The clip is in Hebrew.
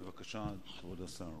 בבקשה, כבוד השר.